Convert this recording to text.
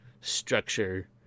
structure